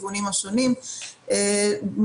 אנחנו במיוחד יצרנו קשר עם גורמים בקולורדו,